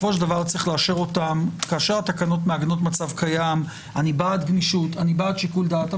יש לאשרן כאשר התקנות מעגנות מצב קיים אני בעד גמישות ושיקול דעת.